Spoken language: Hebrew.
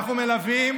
אנחנו מלווים